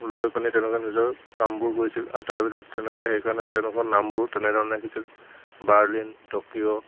লৈ পিনে তেওঁলোকে নিজৰ কামবোৰ কৰিছিল আৰু তাৰ ভিতৰত তেনেকৈ সেইকাৰণে তেনেকুৱা নামবোৰ তেনেধৰণে ৰাখিছিল বাৰ্লিন টকিঅ'